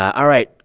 all right.